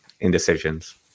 indecisions